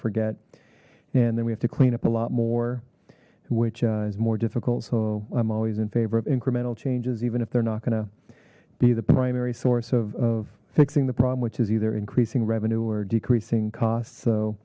forget and then we have to clean up a lot more which is more difficult so i'm always in favor of incremental changes even if they're not going to be the primary source of fixing the problem which is either increasing revenue or decreasing costs so